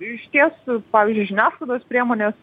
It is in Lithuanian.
išties pavyzdžiui žiniasklaidos priemonės